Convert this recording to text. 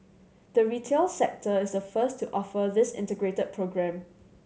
the retail sector is a first to offer this integrated programme